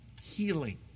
healing